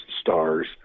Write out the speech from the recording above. stars